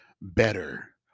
better